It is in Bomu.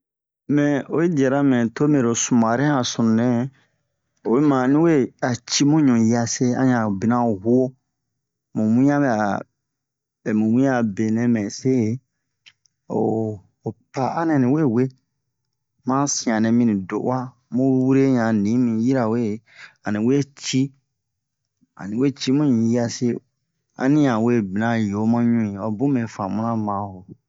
Mɛ oyi diara mɛ tome ro sumarɛ a sununɛ oyi ma a ani we a ci mu ɲu hiase a ɲa bina huwo mu wian bɛ'a mu wian a benɛ mɛ se o ho pa'a nɛ niwe we ma han sian nɛ mini do 'uwa mu wure yan nimi yirawe ani we ci ani we ci mu ɲu hiase ani yan we bina yo ma ɲu o bun mɛ famuna ma ho